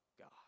God